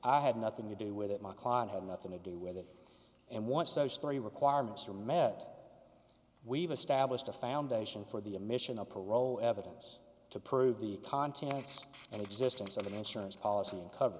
i had nothing to do with it my client had nothing to do with it and once those three requirements are met we've established a foundation for the emission of parole evidence to prove the contents and existence of an insurance policy cover